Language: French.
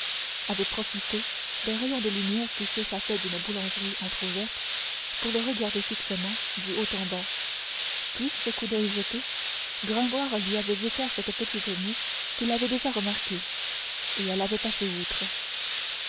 avait profité d'un rayon de lumière qui s'échappait d'une boulangerie entr'ouverte pour le regarder fixement du haut en bas puis ce coup d'oeil jeté gringoire lui avait vu faire cette petite moue qu'il avait déjà remarquée et elle avait passé outre